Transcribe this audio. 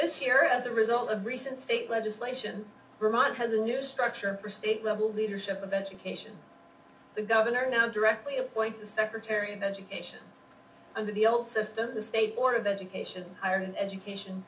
this year as a result of recent state legislation remind has a new structure for state level leadership of education the governor now directly appoints the secretary of education under the old system of the state board of education hired an education